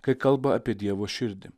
kai kalba apie dievo širdį